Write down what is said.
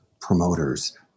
promoters